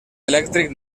elèctric